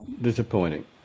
disappointing